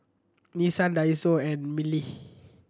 Nissin Daiso and Mili